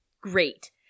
great